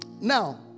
Now